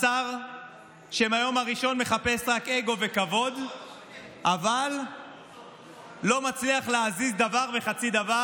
השר שמהיום הראשון מחפש רק אגו וכבוד אבל לא מצליח להזיז דבר וחצי דבר.